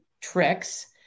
tricks